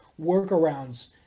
workarounds